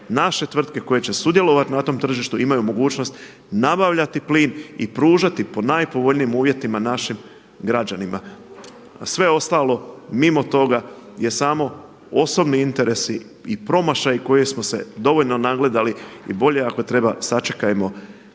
naše tvrtke koje će sudjelovati na tom tržištu imaju mogućnost nabavljati plin i pružati po najpovoljnijim uvjetima građanima. A sve ostalo mimo toga je samo osobni interesi i promašaji kojih smo se dovoljno nagledali i bolje ako treba sačekajmo